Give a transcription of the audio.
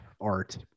Art